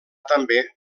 també